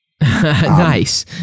Nice